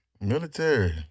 Military